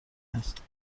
است